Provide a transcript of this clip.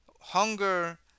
hunger